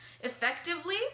effectively